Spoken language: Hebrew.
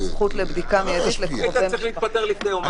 זכות לבדיקה מיידית לקרובי משפחה.